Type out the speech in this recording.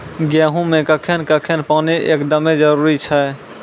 गेहूँ मे कखेन कखेन पानी एकदमें जरुरी छैय?